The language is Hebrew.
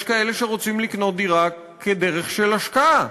כאלה שרוצים לקנות דירה כדרך של השקעה.